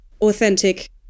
authentic